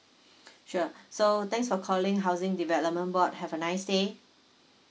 sure so thanks for calling housing development board have a nice day